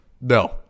No